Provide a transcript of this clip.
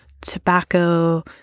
tobacco